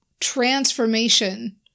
transformation